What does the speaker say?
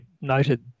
noted